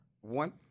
One